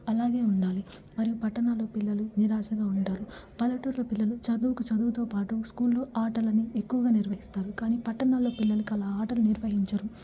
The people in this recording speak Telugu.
అలాగే ఉండాలి మరియు పట్టణాల్లో పిల్లలు నిరాశగా ఉంటారు పల్లెటూరులో పిల్లలు చదువుకి చదువుతో పాటు స్కూల్లో ఆటలని ఎక్కువగా నిర్వహిస్తారు కాని పట్టణాల్లో పిల్లలకి అలా ఆటలు నిర్వహించారు